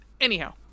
anyhow